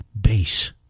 base